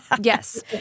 Yes